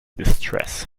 distress